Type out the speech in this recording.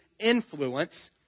influence